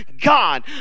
God